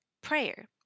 prayer